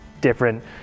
different